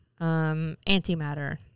antimatter